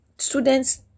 Students